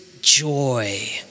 joy